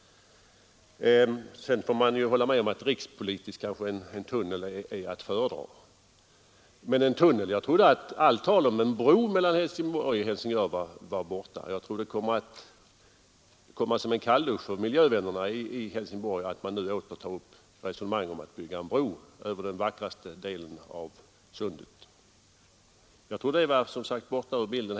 Sedan får man väl hålla med om att rikspolitiskt är en tunnel att föredra. Jag trodde att all tanke på en bro mellan Helsingborg och Helsingör hade slopats; det kommer nog som en kalldusch för miljövännerna i Helsingborg att resonemanget om att bygga en bro över den vackraste delen av Sundet nu tas upp igen.